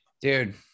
dude